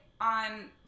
on